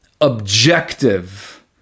objective